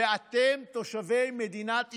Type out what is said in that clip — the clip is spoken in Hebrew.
ואתם, תושבי מדינת ישראל,